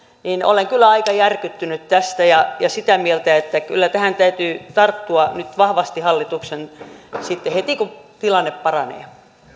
niin olen kyllä aika järkyttynyt tästä ja ja sitä mieltä että kyllä hallituksen tähän täytyy tarttua nyt vahvasti sitten heti kun tilanne paranee